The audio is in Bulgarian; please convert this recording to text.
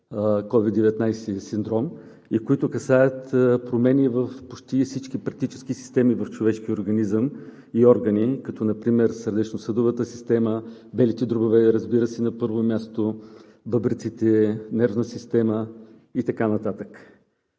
СOVID 19 синдром и които касаят промени в почти всички практически системи в човешкия организъм и органи като например сърдечно-съдовата система, белите дробове, и, разбира се, на първо място бъбреците, нервната система и така нататък.